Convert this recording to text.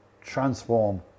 transform